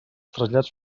trasllats